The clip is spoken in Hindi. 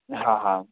हाँ हाँ